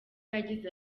yagize